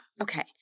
Okay